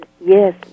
Yes